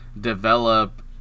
develop